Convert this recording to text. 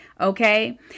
okay